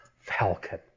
Falcon